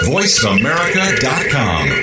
VoiceAmerica.com